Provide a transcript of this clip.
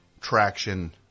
traction